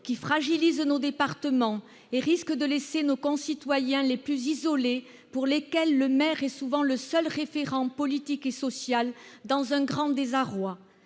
qui fragilise nos départements et risque de laisser nos concitoyens les plus isolés, pour lesquels le maire est souvent le seul référent politique et social, dans un grand désarroi.